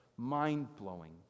mind-blowing